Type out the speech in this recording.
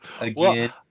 again